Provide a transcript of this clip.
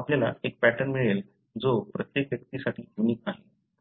आपल्याला एक पॅटर्न मिळेल जो प्रत्येक व्यक्तीसाठी युनिक आहे